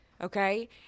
okay